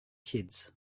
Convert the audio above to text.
kids